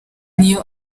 niyo